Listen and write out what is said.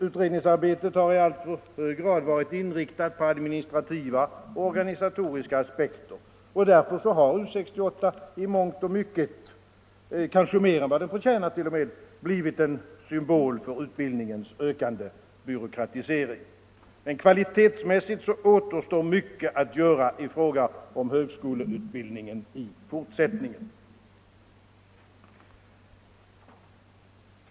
Utredningsarbetet har i alltför hög grad varit inriktat på administrativa och organisatoriska aspekter, och därför har U 68 i mångt och mycket — kanske t.o.m. mer än det förtjänar — blivit en symbol för utbildningens ökande byråkratisering. Men kvalitetsmässigt återstår mycket att göra i fråga om högskoleutbildningen i fortsättningen.